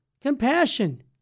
compassion